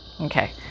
Okay